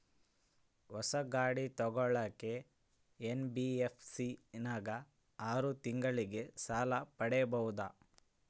ಹೊಸ ಗಾಡಿ ತೋಗೊಳಕ್ಕೆ ಎನ್.ಬಿ.ಎಫ್.ಸಿ ನಾಗ ಆರು ತಿಂಗಳಿಗೆ ಸಾಲ ಪಡೇಬೋದ?